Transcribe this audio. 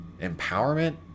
empowerment